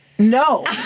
no